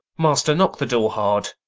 master, knock the door hard.